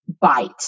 bite